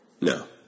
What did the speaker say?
No